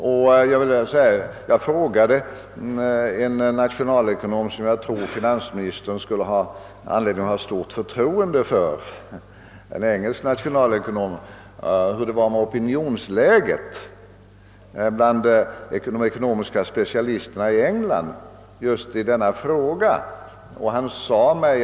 Jag frågade för några månader sedan en engelsk nationalekonom, som jag tror att finansministern har anledning hysa stort förtroende för, hurudant opinionsläget var bland de ekonomiska specialisterna i England beträffande en even tuell devalvering.